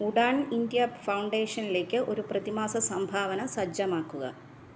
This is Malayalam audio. ഉഡാൻ ഇന്ത്യ ഫൗണ്ടേഷനിലേക്ക് ഒരു പ്രതിമാസ സംഭാവന സജ്ജമാക്കുക